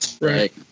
Right